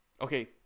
Okay